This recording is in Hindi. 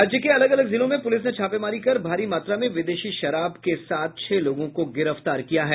राज्य के अलग अलग जिलों से पुलिस ने छापेमारी कर भारी मात्रा में विदेशी शराब के साथ छह लोगों को गिरफ्तार किया है